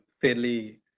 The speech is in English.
fairly